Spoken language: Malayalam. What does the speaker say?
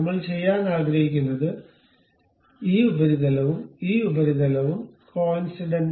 നമ്മൾ ചെയ്യാൻ ആഗ്രഹിക്കുന്നത് ഈ ഉപരിതലവും ഈ ഉപരിതലവും കോഇൻസിഡന്റ്